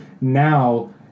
now